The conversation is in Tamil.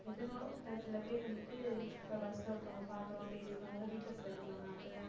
எதுனாலும் இப்போ சில பேர் வந்துட்டு இப்போ பஸ்ஸில் ஒருத்தங்கள பார்க்குறோம் பேசுகிறோம் அதலாம் வீட்டில் சொல்லவிட்ருவாங்க நான் அப்படிலாம் இல்லை